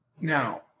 Now